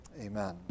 amen